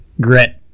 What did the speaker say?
Grit